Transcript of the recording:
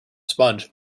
sponge